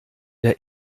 der